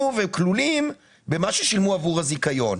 וכלולים במה שהם שילמו עבור הזיכיון,